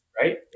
right